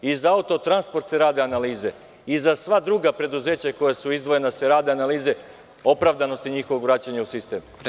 I za „Autotransport“ se rade analize, i za sva druga preduzeća, koja su izdvojena se rade analize o opravdanosti njihovog vraćanja u sistem.